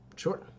Sure